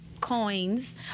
coins